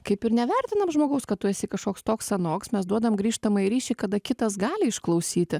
kaip ir nevertinam žmogaus kad tu esi kažkoks toks anoks mes duodam grįžtamąjį ryšį kada kitas gali išklausyti